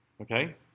Okay